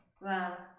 Wow